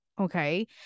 Okay